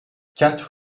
quatre